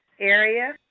area